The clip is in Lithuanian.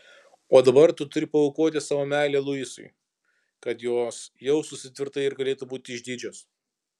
o dabar tu turi paaukoti savo meilę luisui kad jos jaustųsi tvirtai ir galėtų būti išdidžios